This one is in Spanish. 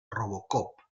robocop